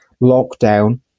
lockdown